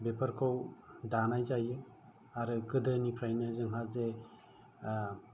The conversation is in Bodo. बेफोरखौ दानाय जायो आरो गोदोनिफ्रायनो जोंहा जे